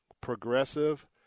progressive